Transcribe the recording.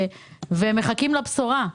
והם מחכים לבשורה.